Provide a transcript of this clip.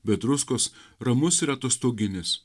be druskos ramus ir atostoginis